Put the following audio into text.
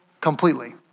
completely